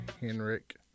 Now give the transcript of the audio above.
Henrik